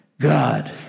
God